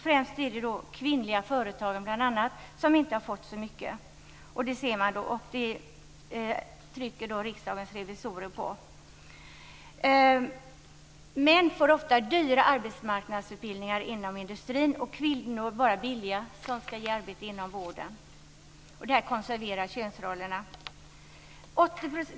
Främst är det bl.a. kvinnliga företagare som inte har fått så mycket. Det ser man, och det trycker Riksdagens revisorer på. Män får ofta dyra arbetsmarknadsutbildningar inom industrin och kvinnor bara billiga som skall ge arbete inom vården. Det här konserverar könsrollerna.